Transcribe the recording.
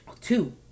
Two